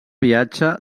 viatge